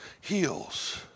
heals